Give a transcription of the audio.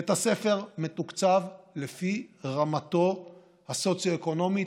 בית הספר מתוקצב לפי רמתו הסוציו-אקונומית,